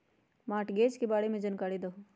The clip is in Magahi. मॉर्टगेज के बारे में जानकारी देहु?